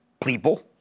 People